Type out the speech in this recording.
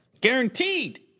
Guaranteed